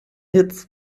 hits